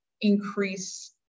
increase